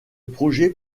projet